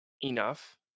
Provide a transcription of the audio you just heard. enough